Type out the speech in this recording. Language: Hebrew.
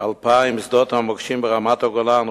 2,000 שדות המוקשים ברמת-הגולן,